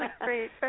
great